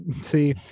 see